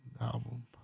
album